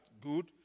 good